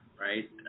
right